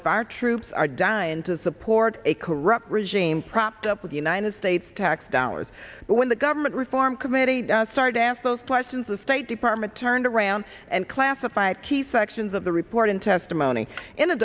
if our troops are dying to support a corrupt regime propped up with the united states tax dollars but when the government reform committee does start to ask those questions the state department turned around and classified key sections of the report in testimony in a